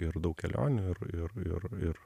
ir daug kelionių ir ir ir ir